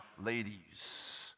ladies